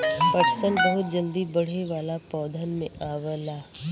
पटसन बहुत जल्दी बढ़े वाला पौधन में आवला